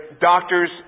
doctors